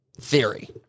theory